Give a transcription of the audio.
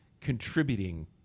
contributing